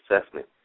assessment